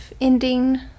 ending